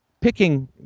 picking